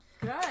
Good